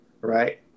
right